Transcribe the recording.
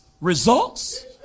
results